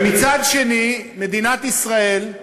ומצד שני, מדינת ישראל,